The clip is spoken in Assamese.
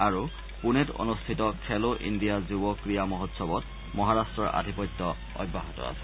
আৰু পুণেত অনুষ্ঠিত খেলো ইণ্ডিয়া যুৱ ক্ৰীড়া মহোৎসৱত মহাৰাট্টৰ আধিপত্য অব্যাহত আছে